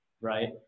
right